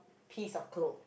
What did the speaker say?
piece of clothes